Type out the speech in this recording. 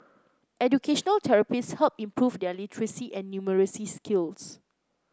educational therapists helped improve their literacy and numeracy skills